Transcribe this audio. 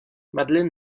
madeleine